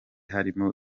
harimo